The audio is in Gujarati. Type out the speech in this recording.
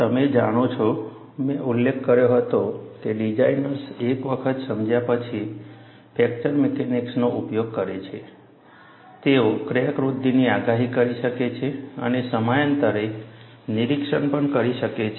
તમે જાણો છો મેં ઉલ્લેખ કર્યો હતો કે ડિઝાઇનર્સ એક વખત સમજાયા પછી ફ્રેક્ચર મિકેનિક્સનો ઉપયોગ કરે છે તેઓ ક્રેક વૃદ્ધિની આગાહી કરી શકે છે અને સમયાંતરે નિરીક્ષણ પણ કરી શકે છે